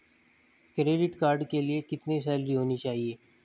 Credit card के लिए कितनी सैलरी होनी चाहिए?